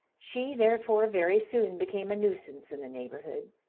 she, therefore, very soon became a nuisance in the neighbourhood.